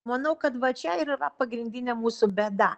manau kad va čia ir yra pagrindinė mūsų bėda